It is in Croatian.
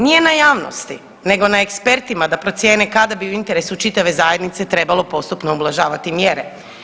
Nije na javnosti nego na ekspertima da procijene kada bi u interesu čitave zajednice trebalo postupno ublažavati mjere.